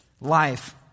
life